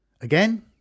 Again